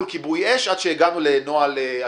בהתחייבות ואתם בבעיה, שהוצפה כאן במלוא חומרתה.